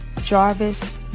Jarvis